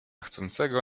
chcącego